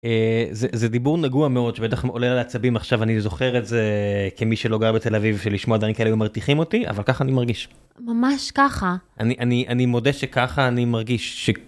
זה דיבור נגוע מאוד שבטח עולה על העצבים עכשיו אני זוכר את זה כמי שלא גר בתל אביב, שלשמוע דברים כאלה היו מרתיחים אותי אבל ככה אני מרגיש. ממש ככה אני אני אני מודה שככה אני מרגיש.